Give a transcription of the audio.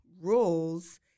rules